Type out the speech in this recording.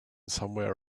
somewhere